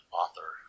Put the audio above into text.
author